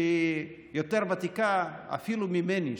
שהיא יותר ותיקה אפילו ממני,